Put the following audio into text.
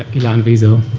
ilan wiesel.